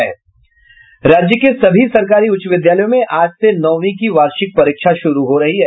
राज्य के सभी सरकारी उच्च विद्यालयों में आज से नौवीं की वार्षिक परीक्षा शुरू हो रही है